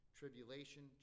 tribulation